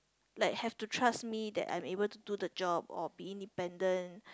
like have to trust me that I'm able to do the job or be independent